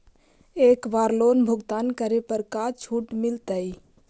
एक बार लोन भुगतान करे पर का छुट मिल तइ?